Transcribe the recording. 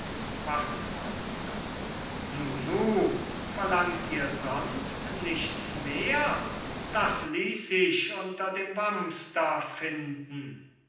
wachtmeister nu nu verlangt ihr sonst nichts mehr das ließ sich unter dem wams da finden